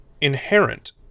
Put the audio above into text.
inherent